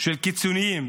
של קיצוניים,